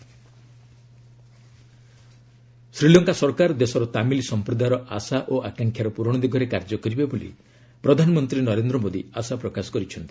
PM Sri Lanka Sri Lanka ସରକାର ଦେଶର ତାମିଲ ସମ୍ପ୍ରଦାୟର ଆଶା ଓ ଆକାଂକ୍ଷାର ପୁରଣ ଦିଗରେ କାର୍ଯ୍ୟ କରିବେ ବୋଲି ପ୍ରଧାନମନ୍ତ୍ରୀ ନରେନ୍ଦ୍ର ମୋଦୀ ଆଶା ପ୍ରକାଶ କରିଛନ୍ତି